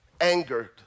angered